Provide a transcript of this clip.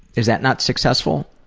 is that not successful?